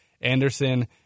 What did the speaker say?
Anderson